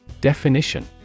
Definition